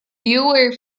fewer